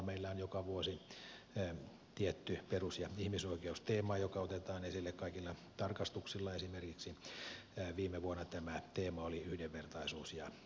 meillä on joka vuosi tietty perus ja ihmisoikeusteema joka otetaan esille kaikilla tarkastuksilla esimerkiksi viime vuonna tämä teema oli yhdenvertaisuus ja tasa arvo